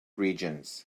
regions